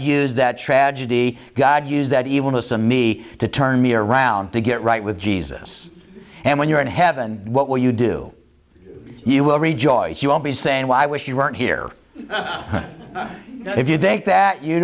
use that tragedy god use that evilness a me to turn me around to get right with jesus and when you're in heaven what will you do you will rejoice you won't be saying why i wish you weren't here if you think that you